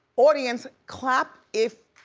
audience clap if,